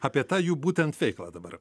apie tą jų būtent veiklą dabar